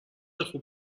خوب